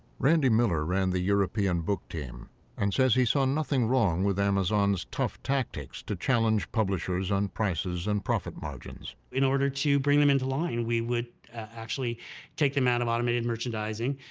randy miller ran the european book team and says he saw nothing wrong with amazon's tough tactics to challenge publishers on prices and profit margins. in order to bring them into line, we would actually take them out of automated merchandising,